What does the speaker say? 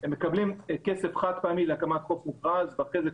הם מקבלים כסף חד-פעמי להקמת חוף מוכרז ואחרי זה,